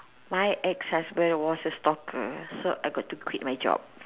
my ex husband was a stalker so I got to quit my job